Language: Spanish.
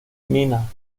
mina